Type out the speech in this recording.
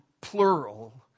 plural